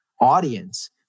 audience